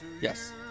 Yes